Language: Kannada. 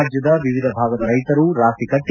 ರಾಜ್ಯದ ವಿವಿಧ ಭಾಗದ ರೈತರು ರಾಸಿ ಕಟ್ಟ